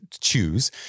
choose